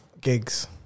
gigs